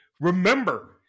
Remember